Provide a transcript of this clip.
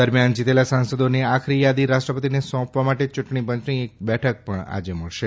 દરમિયાન જીતેલા સાંસદોની આખરી યાદી રાષ્ટ્રપતિને સોંપવા માટે ચૂંટણી પંચની બેઠક પણ આજે મળશે